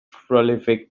prolific